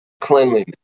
cleanliness